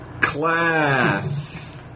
Class